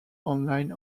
online